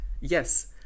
yes